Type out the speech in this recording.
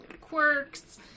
quirks